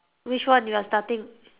which one you are starting